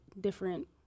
different